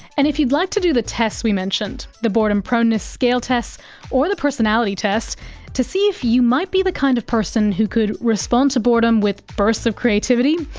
and if you'd like to do the tests we mentioned the boredom proneness scale tests or the personality test to see if you might be the kind of person who could respond to boredom with bursts of creativity,